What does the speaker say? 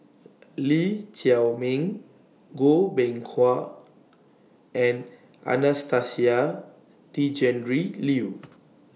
Lee Chiaw Meng Goh Beng Kwan and Anastasia Tjendri Liew